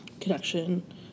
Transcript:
connection